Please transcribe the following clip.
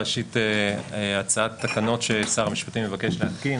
ראשית הצעת תקנות ששר המשפטים מבקש להתקין,